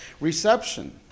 reception